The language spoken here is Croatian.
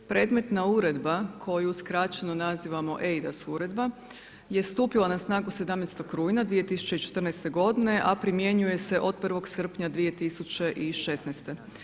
Predmetna uredba koju skraćeno nazivamo eIDAS Uredba je stupila na snagu 17. rujna 2014. godine a primjenjuje se od 1. srpnja 2016.